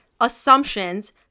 assumptions